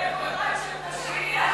זה כוחן של נשים.